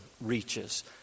reaches